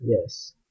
Yes